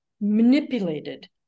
manipulated